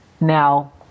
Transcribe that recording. Now